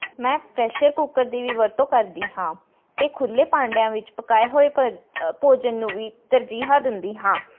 ਮੈਂ pressure cooker ਦੀ ਵੀ ਵਰਤੋਂ ਕਰਦੀ ਹਾਂ ਅਤੇ ਖੁੱਲ੍ਹੇ ਭਾਂਡਿਆਂ ਵਿੱਚ ਪਕਾਏ ਹੋਏ ਭੋ ਭੋਜਨ ਨੂੰ ਵੀ ਤਰਜੀਹ ਦਿੰਦੀ ਹਾਂ